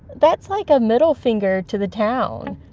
that's like a middle finger to the town.